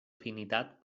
afinitat